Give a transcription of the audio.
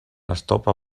estopa